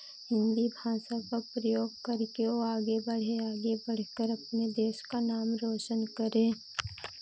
हिन्दी भाषा का प्रयोग करके वो आगे बढ़े आगे बढ़कर अपने देश का नाम रौशन करे